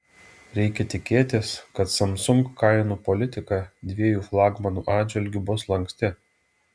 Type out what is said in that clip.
reikia tikėtis kad samsung kainų politika dviejų flagmanų atžvilgiu bus lanksti